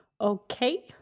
okay